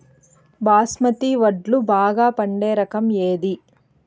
బాస్మతి వడ్లు బాగా పండే రకం ఏది